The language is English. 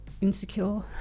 insecure